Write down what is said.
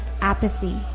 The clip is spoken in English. apathy